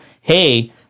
hey